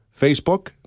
Facebook